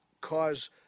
cause